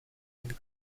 and